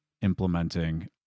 implementing